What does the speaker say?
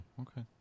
okay